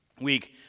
week